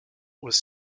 was